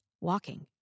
walking